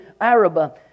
Arabah